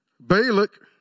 Balak